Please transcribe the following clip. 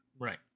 right